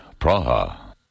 Praha